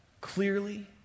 Clearly